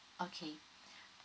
okay